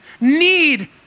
need